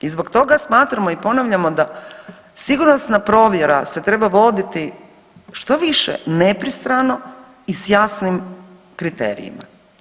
I zbog toga smatramo i ponavljamo da sigurnosna provjera se treba voditi što više nepristrano i sa jasnim kriterijima.